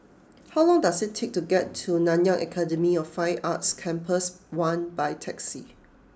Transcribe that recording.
how long does it take to get to Nanyang Academy of Fine Arts Campus One by taxi